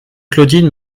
claudine